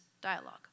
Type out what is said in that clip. dialogue